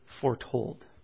foretold